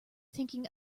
thinking